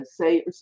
say